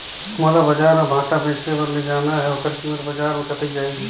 मोला बजार मां भांटा बेचे बार ले जाना हे ओकर कीमत बजार मां कतेक जाही?